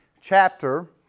chapter